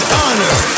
honor